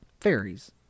fairies